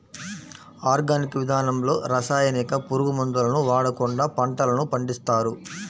organic విధానంలో రసాయనిక, పురుగు మందులను వాడకుండా పంటలను పండిస్తారు